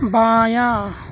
بایاں